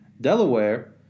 Delaware